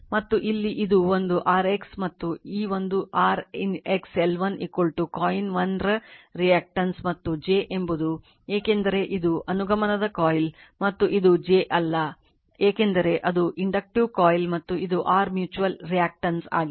ಮತ್ತು ಇಲ್ಲಿ ಇದು ಒಂದು r x ಮತ್ತು ಈ ಒಂದು r x L1 ಕಾಯಿಲ್ 1 ರ ರಿಯಾಕ್ಟನ್ಸ್ ಮತ್ತು j ಎಂಬುದು ಏಕೆಂದರೆ ಇದು ಅನುಗಮನದ ಕಾಯಿಲ್ ಮತ್ತು ಇದು j ಅಲ್ಲ ಏಕೆಂದರೆ ಅದು ಇಂಡಕ್ಟಿವ್ ಕಾಯಿಲ್ ಮತ್ತು ಇದು r ಮ್ಯೂಚುಯಲ್ ರಿಯಾಕ್ಟನ್ಸ್ ಆಗಿದೆ